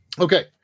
Okay